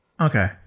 Okay